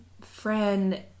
friend